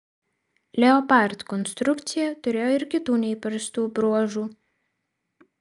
leopard konstrukcija turėjo ir kitų neįprastų bruožų